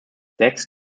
decks